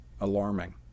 alarming